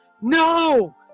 no